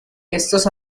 estos